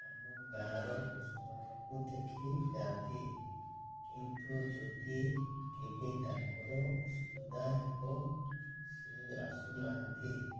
ଆମ ଗାଁର ପଶୁମାନଙ୍କୁ ଦେଖିଯାଆନ୍ତି କିନ୍ତୁ ଯଦି କେବେ ତାଙ୍କର ଅସୁବିଧା ହେବ ସେ ଆସୁନାହାନ୍ତି